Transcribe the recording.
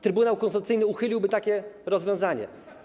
Trybunał Konstytucyjny uchyliłby takie rozwiązanie.